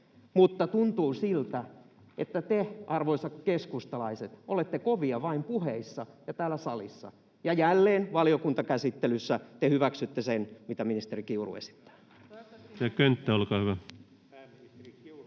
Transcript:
mutta tuntuu siltä, että te, arvoisat keskustalaiset, olette kovia vain puheissa ja täällä salissa, ja jälleen valiokuntakäsittelyssä te hyväksytte sen, mitä ministeri Kiuru esittää. [Sari Sarkomaan välihuuto —